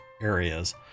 areas